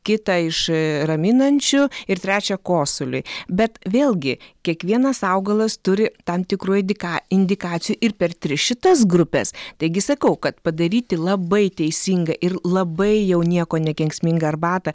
kitą iš raminančių ir trečią kosuliui bet vėlgi kiekvienas augalas turi tam tikrų idika indikacijų ir per tris šitas grupes taigi sakau kad padaryti labai teisingą ir labai jau nieko nekenksmingą arbatą